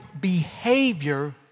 behavior